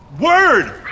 Word